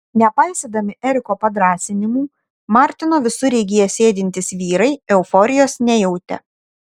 nepaisydami eriko padrąsinimų martino visureigyje sėdintys vyrai euforijos nejautė